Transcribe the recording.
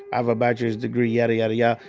i have a bachelor's degree, yada, yada, yeah